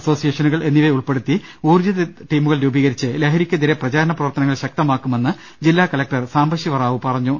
അസോസിയേഷനുകൾ എന്നിവയെ ഉൾപ്പെടുത്തി ഊർജിത ടീമുകൾ രൂപീകരിച്ച് ലഹരിക്കെതിരെ പ്രചാരണ പ്രവർത്തനങ്ങൾ ശക്തമാക്കുമെന്ന് ജില്ലാ കലക്ടർ സാംബശിവറാവു പറഞ്ഞു